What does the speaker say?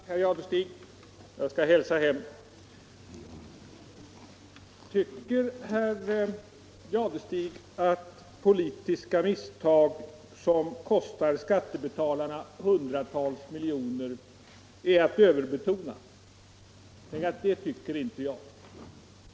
Herr talman! Tack för det, herr Jadestig; det skall jag hälsa dem där hemma! Tycker herr Jadestig att påpekandet av politiska misstag, som kostar skattebetalarna hundratals miljoner, är att överbetona? Det tycker inte jag.